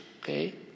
okay